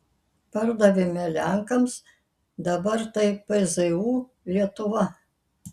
pardavėme lenkams dabar tai pzu lietuva